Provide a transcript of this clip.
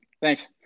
Thanks